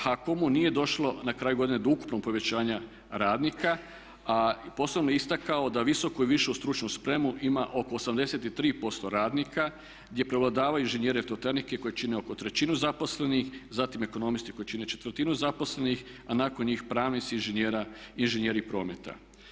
HAKOM-u nije došlo na kraju godine do ukupnog povećanja radnika a posebno bi istakao da visoku i višu stručnu spremu ima oko 83% radnika gdje prevladavaju inženjeri elektrotehnike koji čine oko trećinu zaposlenih, zatim ekonomisti koji čine četvrtinu zaposlenih a nakon njih pravnici i inženjeri prometa.